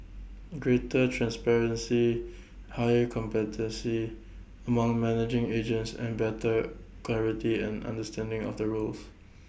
greater transparency higher competency among managing agents and better clarity and understanding of the rules